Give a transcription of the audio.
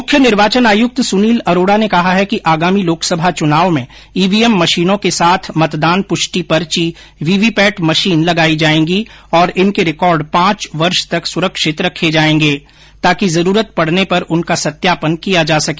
मुख्य निर्वाचन आयुक्त सुनील अरोड़ा ने कहा है कि आगामी लोकसभा चुनाव में ईवीएम मशीनों के साथ मतदान पुष्टि पर्ची वीवीपैट मशीन लगाई जायेंगी और इनके रिकार्ड पांच वर्ष तक सुरक्षित रखे जाएंगे ताकि जरूरत पड़ने पर उनका सत्यापन किया जा सके